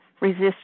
resist